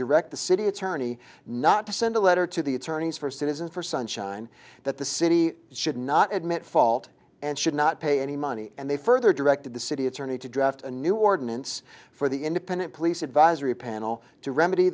direct the city attorney not to send a letter to the attorneys for citizens for sunshine that the city should not admit fault and should not pay any money and they further directed the city attorney to draft a new ordinance for the independent police advisory panel to remedy